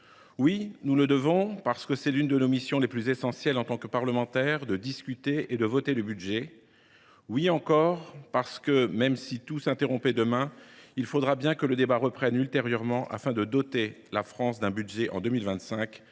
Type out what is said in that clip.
Oui, nous le devons, parce que c’est l’une des missions les plus essentielles des parlementaires que de discuter et de voter le budget. Nous le devons aussi parce que, même si tout s’interrompait demain, il faudra bien que le débat reprenne ultérieurement afin de doter la France d’un budget pour 2025.